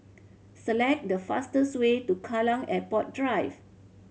select the fastest way to Kallang Airport Drive